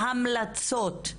ההמלצות.